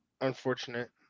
unfortunate